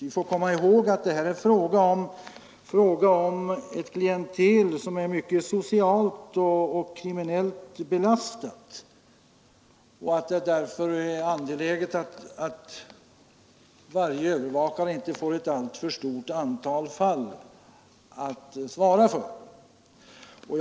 Vi får komma ihåg att det är fråga om ett klientel som socialt och kriminellt är hårt belastat och att det därför är angeläget att varje övervakare inte får ett alltför stort antal fall att svara för.